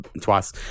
twice